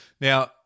now